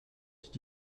did